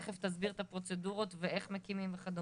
תיכף תסביר את הפרוצדורות ואיך מקימים וכדומה.